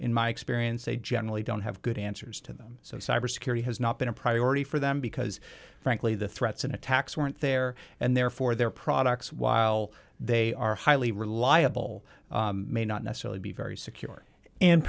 in my experience they generally don't have good answers to them so cyber security has not been a priority for them because frankly the threats and attacks weren't there and therefore their products while they are highly reliable may not necessarily be very secure and